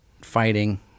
fighting